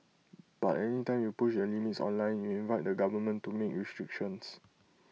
but any time you push the limits online you invite the government to make restrictions